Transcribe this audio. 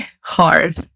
hard